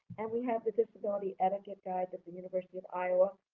and we have the disability etiquette guide that the university of iowa,